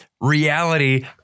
reality